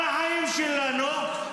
על החיים שלנו,